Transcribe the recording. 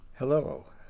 Hello